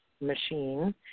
machine